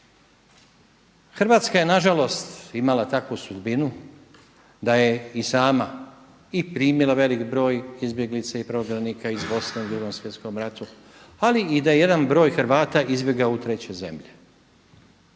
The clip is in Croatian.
Hrvatska je na žalost imala takvu sudbinu da je i sama i primila velik broj izbjeglica i prognanika iz Bosne u Drugom svjetskom ratu, ali i da je jedan broj Hrvata izbjegao u treće zemlje,